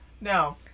No